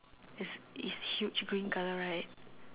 is is huge green colour right